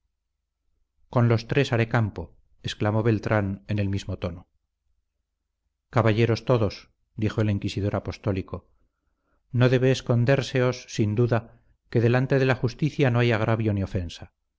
con los tres haré campo exclamó beltrán en el mismo tono caballeros todos dijo el inquisidor apostólico no debe escondérseos sin duda que delante de la justicia no hay agravio ni ofensa